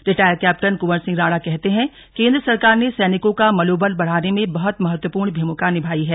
retired captain Kunwar Singh Rana कहते हैं केंद्र सरकार ने सैनिकों का मनोबल बढ़ाने में बहुत महत्वपूर्ण भूमिका निभाई है